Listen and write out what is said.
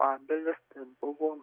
abelis ten buvo